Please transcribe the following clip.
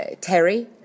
Terry